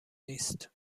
نیست